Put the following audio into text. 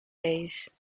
days